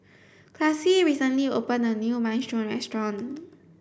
Classie recently opened a new Minestrone restaurant